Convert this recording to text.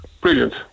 brilliant